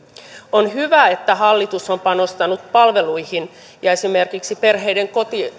on hyvä että hallitus on panostanut palveluihin ja esimerkiksi perheiden